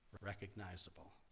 recognizable